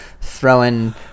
throwing